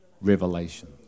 Revelation